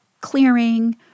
clearing—